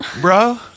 bro